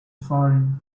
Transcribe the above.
faring